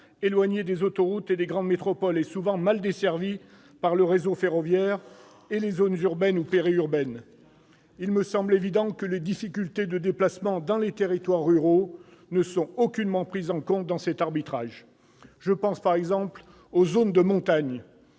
éloignées des autoroutes et des grandes métropoles et souvent mal desservies par le réseau ferroviaire, et les zones urbaines ou périurbaines. Il me semble évident que les difficultés de déplacement dans les territoires ruraux ne sont aucunement prises en compte dans cet arbitrage. Je pense par exemple aux zones de montagne,